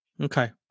Okay